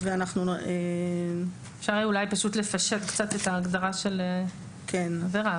אולי אפשר לפשט קצת את ההגדרה של העבירה.